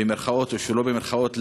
במירכאות או שלא במירכאות,